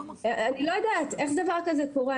אני לא יודעת איך דבר כזה קורה.